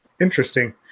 Interesting